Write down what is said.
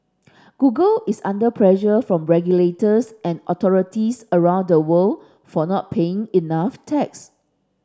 Google is under pressure from regulators and authorities around the world for not paying enough tax